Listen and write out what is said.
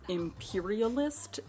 imperialist